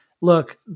look